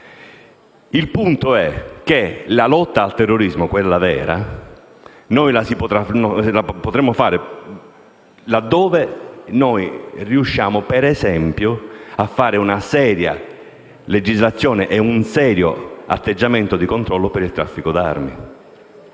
Il punto è che la lotta al terrorismo, quella vera, noi la potremmo fare laddove riuscissimo, ad esempio, a fare una seria legislazione e un serio controllo sul traffico d'armi.